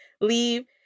leave